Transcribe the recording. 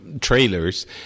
trailers